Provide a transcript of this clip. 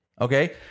Okay